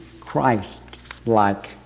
Christ-like